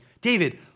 David